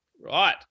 Right